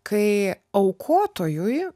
kai aukotojui